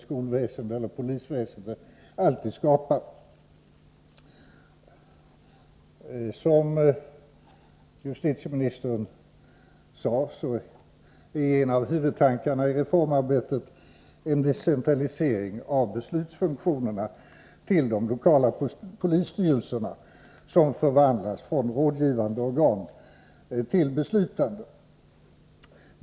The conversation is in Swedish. skölväsenderEeller pölisväseridej alltid skapar iomegniisgesd doo notiyveegnn Som justitieminister såde är ere avihuvudtankarha imeförmarbetet i en décEtitralisering”av beslutsfunktionerna till ide lokala polisstyrelserna,/somn förvandlas "från orådgivandö”tillobeslutandes organ!